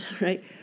right